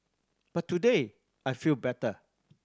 but today I feel better